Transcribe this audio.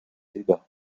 débat